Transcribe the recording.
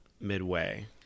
midway